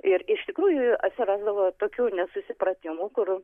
ir iš tikrųjų atsirasdavo tokių nesusipratimų kur